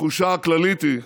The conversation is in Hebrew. התחושה הכללית היא,